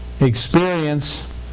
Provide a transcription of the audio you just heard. Experience